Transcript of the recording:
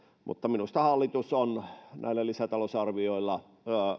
mutta minusta hallitus on näillä lisätalousarvioilla